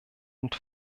und